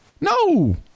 No